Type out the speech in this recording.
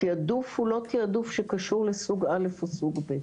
התעדוף הוא לא תעדוף שקשור לסוג א' או לסוג ב',